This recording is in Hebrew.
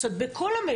זאת אומרת, בכל המשק,